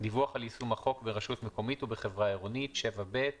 דיווח על יישום החוק ברשות מקומית ובחברה עירונית 7ב.(א)רשות